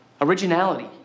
originality